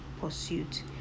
pursuit